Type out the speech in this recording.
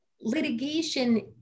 Litigation